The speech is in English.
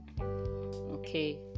okay